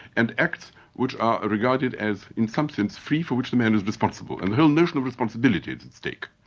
and acts which are regarded as in some sense, free for which the man is responsible, and whole notion of responsibility is at stake.